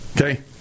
Okay